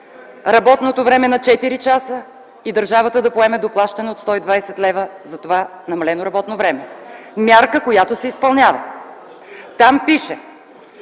работното време на 4 часа и държавата да поеме доплащане от 120 лв. за това намалено работно време” – мярка, която се изпълнява. Там пише: